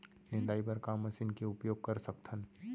निंदाई बर का मशीन के उपयोग कर सकथन?